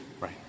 Right